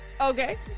Okay